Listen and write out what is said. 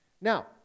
Now